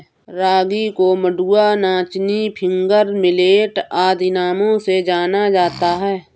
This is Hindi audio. रागी को मंडुआ नाचनी फिंगर मिलेट आदि नामों से जाना जाता है